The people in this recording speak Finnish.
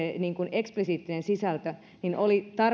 eksplisiittinen sisältö niin oli